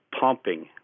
pumping